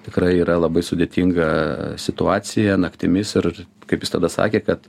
tikrai yra labai sudėtinga situacija naktimis ir kaip jis tada sakė kad